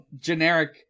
generic